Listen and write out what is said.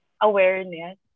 awareness